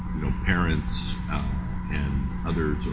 you know, parents and others,